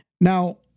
Now